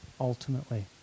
ultimately